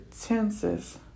tenses